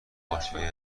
باشگاهی